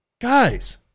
guys